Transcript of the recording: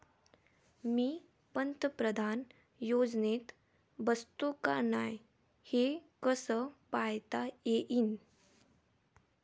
मी पंतप्रधान योजनेत बसतो का नाय, हे कस पायता येईन?